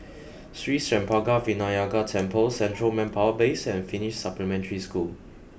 Sri Senpaga Vinayagar Temple Central Manpower Base and Finnish Supplementary School